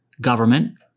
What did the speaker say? Government